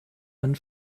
einen